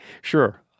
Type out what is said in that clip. sure